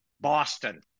Boston